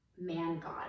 man-God